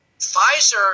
Pfizer